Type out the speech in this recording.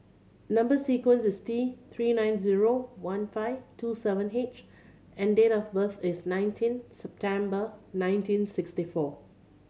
number sequence is T Three nine zero one five two seven H and date of birth is nineteen September nineteen sixty four